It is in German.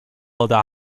oder